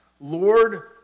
Lord